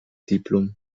diplôme